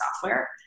software